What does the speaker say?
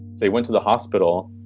they went to the hospital.